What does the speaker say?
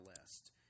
list